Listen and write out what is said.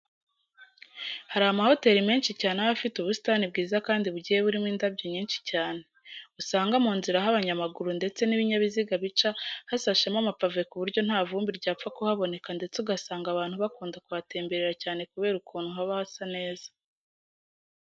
Hari amahoteri menshi cyane aba afite ubusitani bwiza kandi bugiye burimo indabyo nyinshi cyane. Usanga mu nzira aho abanyamaguru ndetse n'ibinyabiuziga bica hasashemo amapave ku buryo nta vumbi ryapfa kuhaboneka ndetse ugasanga abantu bakunda kuhatemberera cyane kubera ukuntu haba hasa neza.